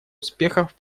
успехов